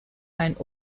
ein